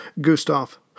Gustav